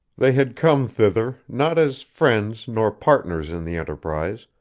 they had come thither, not as friends nor partners in the enterprise,